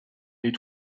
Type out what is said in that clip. les